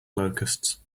locusts